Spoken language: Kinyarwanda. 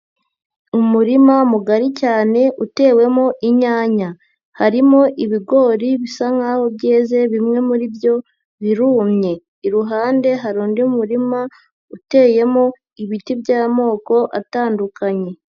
Umurima mugari cyane utewemo inyanya, harimo ibigori bisa nkaho byeze bimwe muri byo birumye, iruhande hari undi murima uteyemo ibiti by'amoko atandukanye.